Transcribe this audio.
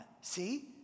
See